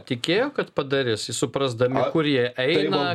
tikėjo kad padarys suprasdami kur jie eina